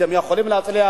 אתם יכולים להצליח.